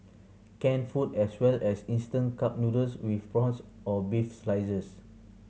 canned food as well as instant cup noodles with prawns or beef slices